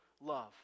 love